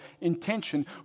intention